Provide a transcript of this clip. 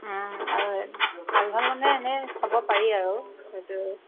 আৰু ভাল ভাল মানে এনেই চাব পাৰি আৰু সেইটো